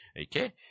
Okay